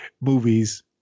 movies